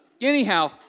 Anyhow